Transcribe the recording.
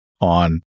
on